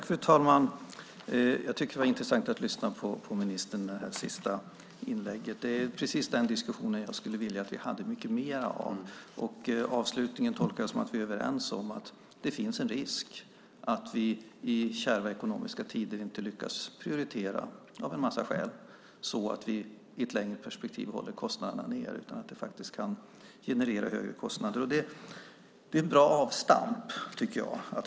Fru talman! Jag tycker att det var intressant att lyssna på ministern i det här senaste inlägget. Det är precis den diskussion jag skulle vilja att vi hade lite mer av. Jag tolkar avslutningen så att vi är överens om att det finns en risk att vi i kärva ekonomiska tider av en massa skäl inte lyckas prioritera så att vi i ett längre perspektiv håller kostnaderna nere. Det kanske i stället genererar högre kostnader. Det är ett bra avstamp, tycker jag.